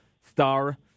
star